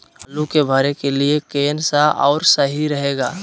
आलू के भरे के लिए केन सा और सही रहेगा?